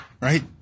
right